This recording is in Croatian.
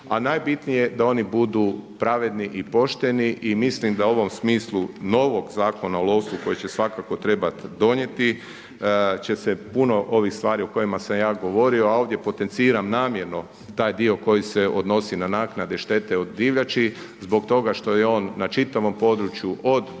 a najbitnije je da oni budu pravedni i pošteni. I mislim da u ovom smislu novog Zakona o lovstvu koji će svakako trebati donijeti će se puno ovih stvari o kojima sam ja govorio a ovdje potenciram namjerno taj dio koji se odnosi na naknade štete od divljači zbog toga što je on na čitavom području od